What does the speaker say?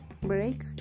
break